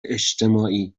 اجتماعی